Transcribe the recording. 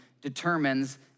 determines